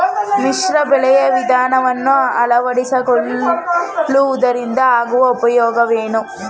ಮಿಶ್ರ ಬೆಳೆಯ ವಿಧಾನವನ್ನು ಆಳವಡಿಸಿಕೊಳ್ಳುವುದರಿಂದ ಆಗುವ ಉಪಯೋಗವೇನು?